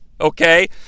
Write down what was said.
okay